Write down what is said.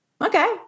okay